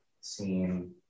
seen